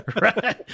Right